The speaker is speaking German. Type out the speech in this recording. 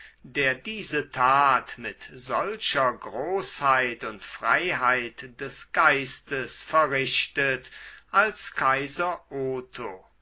der diese tat mit solcher großheit und freiheit des geistes verrichtet als kaiser otho